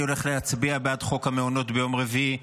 אני הולך להצביע בעד חוק המעונות ביום רביעי.